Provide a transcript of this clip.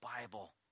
Bible